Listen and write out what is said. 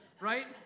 right